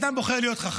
יש אדם שבוחר להיות חכם.